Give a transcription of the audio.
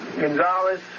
Gonzalez